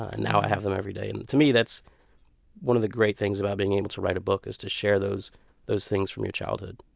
ah now i have them every day. and to me, that's one of the great things about being able to write a book is to share those those things from your childhood.